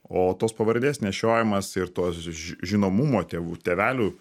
o tos pavardės nešiojimas ir to žinomumo tėvų tėvelių